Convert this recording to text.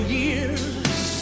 years